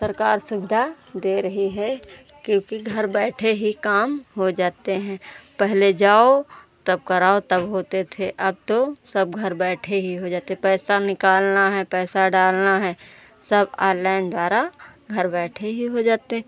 सरकार सुविधा दे रही है क्योंकि घर बैठे ही काम हो जाते हैं पहले जाओ तब कराओ तब होते थे अब तो सब घर बैठे ही हो जाते हैं पैसा निकालना है पैसा डालना है सब ऑनलाइन द्वारा घर बैठे ही हो जाते